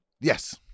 Yes